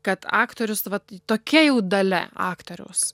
kad aktorius vat tokia jau dalia aktoriaus